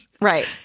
Right